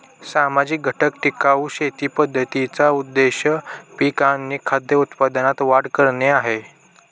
सामाजिक घटक टिकाऊ शेती पद्धतींचा उद्देश पिक आणि खाद्य उत्पादनात वाढ करणे आहे